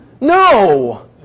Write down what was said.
No